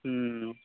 हूँ